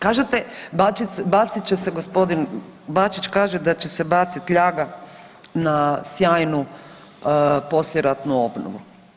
Kažete bacit će se, gospodin Bačić kaže da će se baciti ljaga na sjajnu poslijeratnu obnovu.